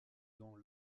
dans